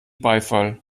beifall